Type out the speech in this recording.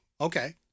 Okay